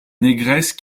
négresse